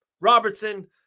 Robertson